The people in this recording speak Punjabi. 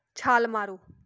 ਛਾਲ ਮਾਰੋ